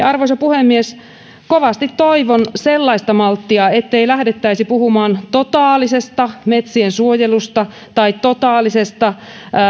arvoisa puhemies kovasti toivon sellaista malttia ettei lähdettäisi puhumaan totaalisesta metsiensuojelusta tai totaalisesta